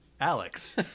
Alex